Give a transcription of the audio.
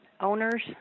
owners